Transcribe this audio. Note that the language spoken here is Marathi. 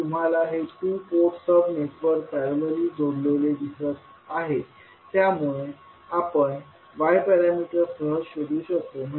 तर तुम्हाला हे two port sub network parallelly जोडलेले दिसत आहे त्यामुळे आपण Y पॅरामीटर्स सहज शोधू शकतो